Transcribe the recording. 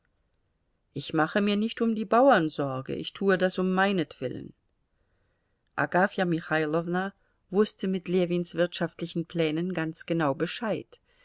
ich mache mir nicht um die bauern sorge ich tue das um meinetwillen agafja michailowna wußte mit ljewins wirtschaftlichen plänen ganz genau bescheid